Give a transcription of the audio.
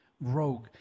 Rogue